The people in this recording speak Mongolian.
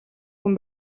хүн